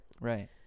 Right